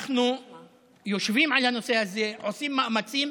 אנחנו יושבים על הנושא הזה, עושים מאמצים.